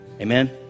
Amen